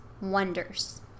wonders